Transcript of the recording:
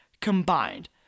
combined